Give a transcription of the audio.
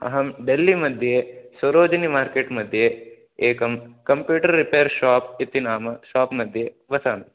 अहं डेल्लि मध्ये सौरोजनि मार्केट् मध्ये एकं कम्प्यूटर् रिपेर् शाप् इति नाम शाप् मध्ये वसामि